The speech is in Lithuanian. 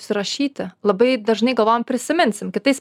užsirašyti labai dažnai galvojam prisiminsim kitais